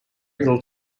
little